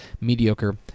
mediocre